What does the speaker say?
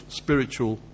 spiritual